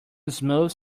smooth